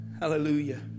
hallelujah